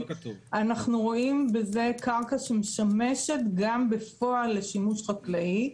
אנחנו רואים בזה קרקע שמשמשת גם בפועל לשימוש חקלאי.